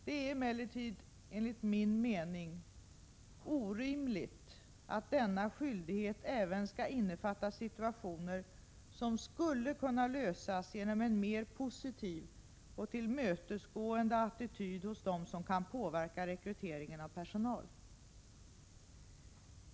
Det är emellertid enligt min mening orimligt att denna skyldighet även skall innefatta situationer som skulle kunna lösas genom en mer positiv och tillmötesgående attityd hos dem som kan påverka rekryteringen av personal.